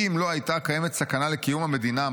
אם לא הייתה קיימת סכנה לקיום המדינה,